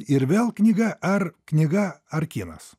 ir vėl knyga ar knyga ar kinas